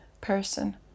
person